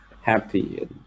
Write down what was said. happy